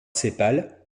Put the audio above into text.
sépales